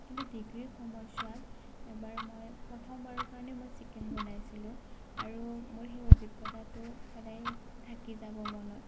কিন্তু ডিগ্ৰীৰ সময়ছোৱাত এবাৰ মই প্ৰথমবাৰৰ কাৰণে মই চিকেন বনাইছিলোঁ আৰু মোৰ সেই অভিজ্ঞতাটো সদায় থাকি যাব মনত